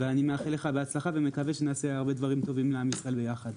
אני מאחל לך בהצלחה ומקווה שנעשה הרבה דברים טובים לעם ישראל ביחד.